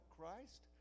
Christ